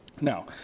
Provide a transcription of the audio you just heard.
Now